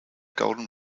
golden